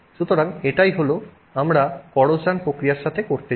সুতরাং এটাই আমরা কড়োশন প্রক্রিয়ার সাথে করতে চাই